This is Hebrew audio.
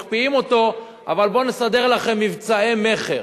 מקפיאים אותו, אבל בוא נסדר לכם מבצעי מכר.